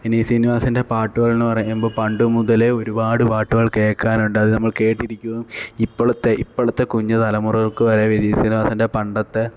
വിനിത് ശ്രീനിവാസന്റെ പാട്ടുകള് എന്ന് പറയുമ്പോള് പണ്ട് മുതലേ ഒരുപാട് പാട്ടുകള് കേൾക്കാറുണ്ട് അത് നമ്മള് കേട്ടിരിക്കുമ്പോൾ ഇപ്പോഴത്തെ ഇപ്പോഴത്തെ കുഞ്ഞു തലമുറകള്ക്ക് വരെ വിനീത് ശ്രീനിവാസന്റെ പണ്ടത്തെ